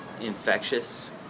infectious